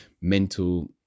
mental